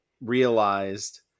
realized